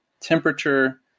temperature